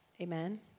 Amen